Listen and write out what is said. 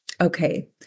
Okay